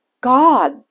God